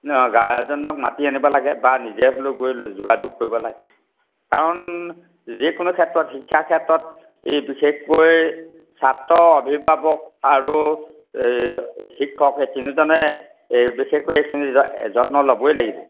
গাৰ্জেনক মাতি আনিব লাগে বা নিজে হ'লেও গৈ যোগাযোগ কৰিব লাগে কাৰণ যিকোনো ক্ষেত্ৰত শিক্ষা ক্ষেত্ৰত এই বিশেষকৈ ছাত্ৰ অভিভাৱক আৰু এই শিক্ষক এই তিনিজনে এই বিশেষকৈ এইখনি যা যত্ন ল'বই লাগিব